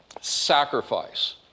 sacrifice